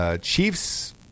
Chiefs